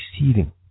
receiving